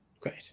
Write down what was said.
Great